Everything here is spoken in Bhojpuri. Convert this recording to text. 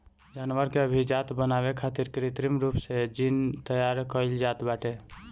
जानवर के अभिजाति बनावे खातिर कृत्रिम रूप से जीन तैयार कईल जात बाटे